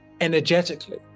energetically